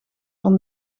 van